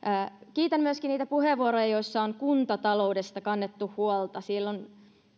kiitän myöskin niitä puheenvuoroja joissa on kuntataloudesta kannettu huolta siellä